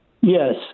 Yes